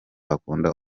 akunda